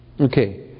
Okay